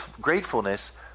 gratefulness